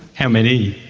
how many?